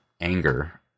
anger